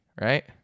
right